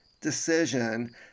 decision